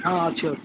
ହଁ ଅଛି ଅଛି